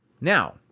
Now